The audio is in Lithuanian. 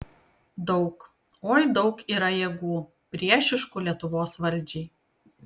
daug oi daug yra jėgų priešiškų lietuvos valdžiai